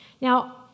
Now